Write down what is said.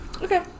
Okay